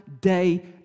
day